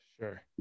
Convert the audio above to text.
Sure